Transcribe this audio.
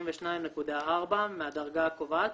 92.4% מהדרגה הקובעת,